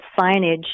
signage